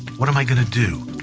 what am i going to do?